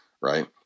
Right